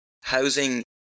housing